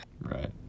Right